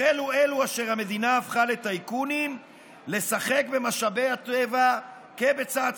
החלו אלו אשר המדינה הפכה לטייקונים לשחק במשאבי הטבע כבצעצוע.